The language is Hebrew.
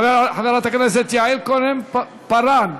חברת הכנסת יעל כהן-פארן,